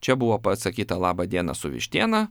čia buvo pasakyta labą dieną su vištiena